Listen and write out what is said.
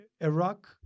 Iraq